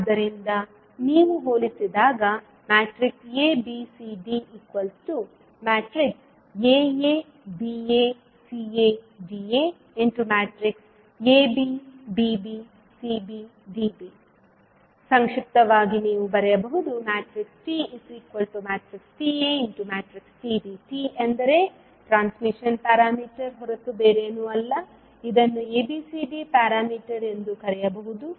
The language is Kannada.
ಆದ್ದರಿಂದ ನೀವು ಹೋಲಿಸಿದಾಗ A B C D Aa Ba Ca Da Ab Bb Cb Db ಸಂಕ್ಷಿಪ್ತವಾಗಿ ನೀವು ಬರೆಯಬಹುದು TTaTb T ಎಂದರೆ ಟ್ರಾನ್ಸ್ಮಿಷನ್ ಪ್ಯಾರಾಮೀಟರ್ ಹೊರತು ಬೇರೇನೂ ಅಲ್ಲ ಇದನ್ನು ABCD ಪ್ಯಾರಾಮೀಟರ್ ಎಂದೂ ಕರೆಯಬಹುದು